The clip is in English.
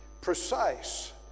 precise